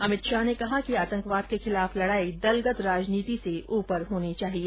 अभित शाह ने कहा कि आतंकवाद के खिलाफ लड़ाई दलगत राजनीति से ऊपर होनी चाहिए